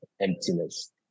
emptiness